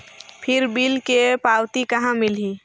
फिर बिल के पावती कहा मिलही?